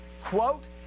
quote